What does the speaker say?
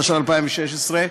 התשע"ו 2016,